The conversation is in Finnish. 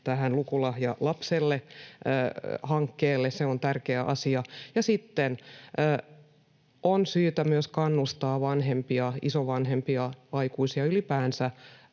tähän Lukulahja lapselle ‑hankkeeseen. Se on tärkeä asia. Sitten on syytä myös kannustaa vanhempia, isovanhempia, aikuisia ylipäänsä